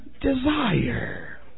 desire